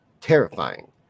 Terrifying